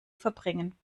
verbringen